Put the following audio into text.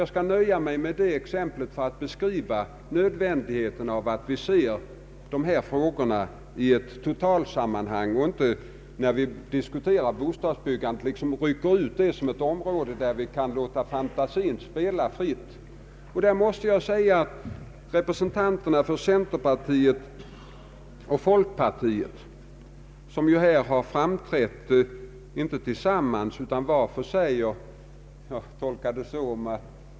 Jag nöjer mig med dessa exempel för att beskriva nödvändigheten av att vi ser på dessa frågor i ett sammanhang. När man diskuterar bostadsbyggandet är det därför inte möjligt att rycka ut det som ett område där man kan låta fantasin spela fritt. Representanterna för centerpartiet och folkpartiet har inte framträtt tillsammans när det gäller vissa frågor om bostadsbyggandet.